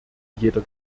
jeder